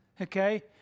Okay